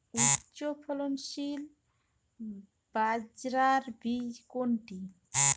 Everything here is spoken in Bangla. উচ্চফলনশীল বাজরার বীজ কোনটি?